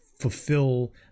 fulfill